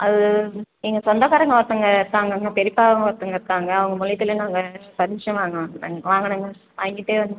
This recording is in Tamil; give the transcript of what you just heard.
அது எங்கள் சொந்தக்காரங்கள் ஒருத்தவங்க இருக்காங்கங்கள் எங்கள் பெரியப்பா ஒருத்தவங்க இருக்காங்கள் அவங்க மூலியத்தில் நாங்கள் பர்மிஷன் வாங்க வந்துருக்கேன் வாங்கணுங்க வாங்கிட்டு